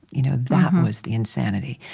you know that was the insanity.